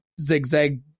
zigzag